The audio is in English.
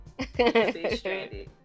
stranded